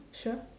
sure